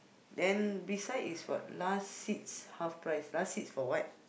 then beside is what last seats half price last seats for what